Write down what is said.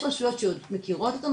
יש רשויות שמכירות את הנושא,